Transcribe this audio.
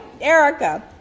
erica